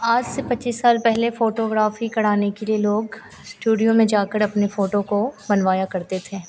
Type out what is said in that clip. आज से पच्चीस साल पहले फ़ोटोग्राफी कराने के लिए लोग स्टूडियो में जाकर अपनी फ़ोटो को बनवाया करते थे